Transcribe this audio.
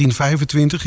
1925